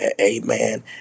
amen